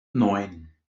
neun